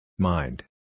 Mind